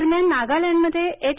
दरम्यान नागालँड मध्ये एच